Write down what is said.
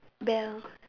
bell